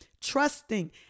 Trusting